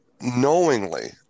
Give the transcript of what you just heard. knowingly